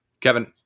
Kevin